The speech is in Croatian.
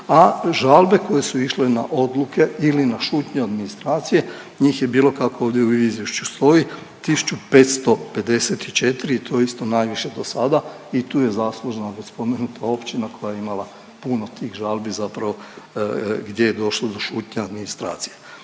a žalbe koje su išle na odluke ili na šutnju administracije, njih je bilo, tako ovdje u izvješću stoji, 1554 i to isto najviše do sada i tu je zaslužno, ovdje spomenuta općina koja je imala puno tih žalbi zapravo gdje je došlo do šutnje administracije.